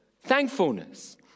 thankfulness